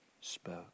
spoke